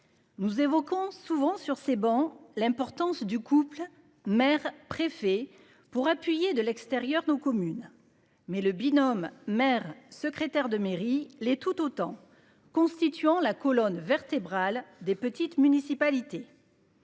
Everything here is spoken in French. Nous évoquons souvent sur ces bancs, l'importance du couple mère préfet pour appuyer de l'extérieur, nos communes. Mais le binôme mère secrétaire de mairie l'est tout autant constituant la colonne vertébrale des petites municipalités.